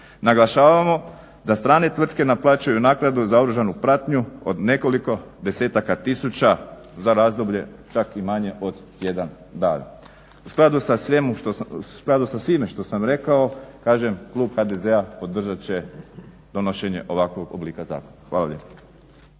Naglašavamo da strane tvrtke naplaćuju naknadu za oružanu pratnju od nekoliko desetaka tisuća za razdoblje čak i manje od jedan dan. U skladu sa svim što sam rekao kažem klub HDZ-a podržat će donošenje ovakvog oblika zakona. Hvala